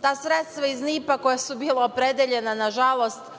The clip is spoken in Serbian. ta sredstva iz NIP koja su bila opredeljena za